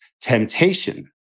temptation